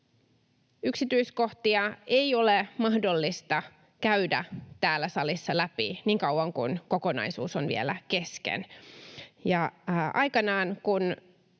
Yksityiskohtia ei ole mahdollista käydä täällä salissa läpi niin kauan, kun kokonaisuus on vielä kesken. Ja aikanaan, kun